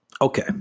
Okay